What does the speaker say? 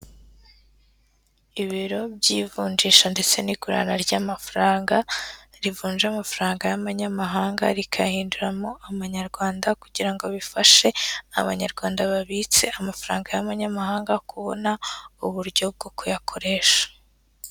Ibiro by'ivunjisha ndetse n'igurana ry'amafaranga rivunja amafaranga y'abanyamahanga rikayahinduramo amanyarwanda, kugira ngo bifashe abanyarwanda babitse amafaranga y'abanyamahanga kubona uburyo bwo kuyakoresha.